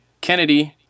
Kennedy